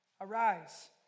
Arise